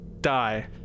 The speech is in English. die